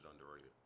underrated